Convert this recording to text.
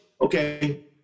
okay